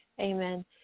Amen